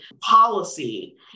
policy